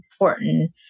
important